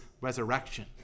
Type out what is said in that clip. resurrection